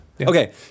Okay